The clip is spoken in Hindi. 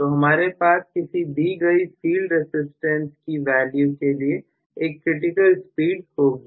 तो हमारे पास किसी दी गई फील्ड रसिस्टेंस की वैल्यू के लिए एक क्रिटिकल स्पीड होगी